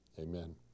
amen